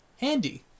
Andy